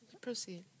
Proceed